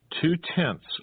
Two-tenths